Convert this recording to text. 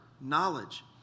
knowledge